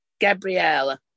Gabrielle